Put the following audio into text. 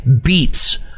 beats